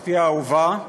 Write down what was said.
משפחתי האהובה,